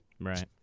Right